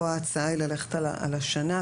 פה ההצעה היא ללכת על שנה,